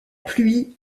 pluie